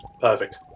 perfect